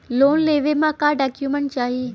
Loan लेवे मे का डॉक्यूमेंट चाही?